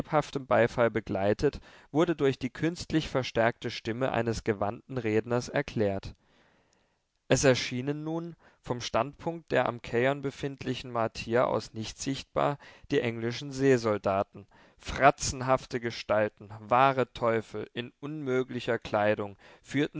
beifall begleitet wurde durch die künstlich verstärkte stimme eines gewandten redners erklärt es erschienen nun vom standpunkt der am cairn befindlichen martier aus nicht sichtbar die englischen seesoldaten fratzenhafte gestalten wahre teufel in unmöglicher kleidung